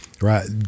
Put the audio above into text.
right